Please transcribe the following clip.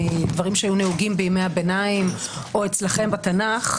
מדברים שהיו נהוגים בימי הביניים או אצלכם בתנ"ך,